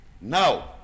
now